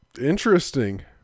Interesting